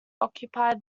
occupy